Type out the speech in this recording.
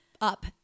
up